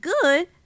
good